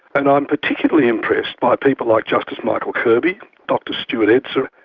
and i'm particularly impressed by people like justice michael kirby, dr stuart edser,